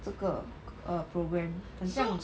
这个 err programme 很像